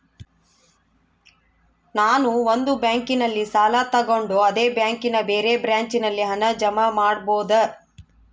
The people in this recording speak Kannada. ನಾನು ಒಂದು ಬ್ಯಾಂಕಿನಲ್ಲಿ ಸಾಲ ತಗೊಂಡು ಅದೇ ಬ್ಯಾಂಕಿನ ಬೇರೆ ಬ್ರಾಂಚಿನಲ್ಲಿ ಹಣ ಜಮಾ ಮಾಡಬೋದ?